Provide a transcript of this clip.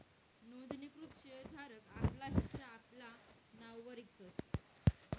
नोंदणीकृत शेर धारक आपला हिस्सा आपला नाववर इकतस